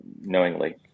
knowingly